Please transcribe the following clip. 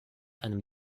einem